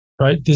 Right